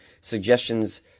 suggestions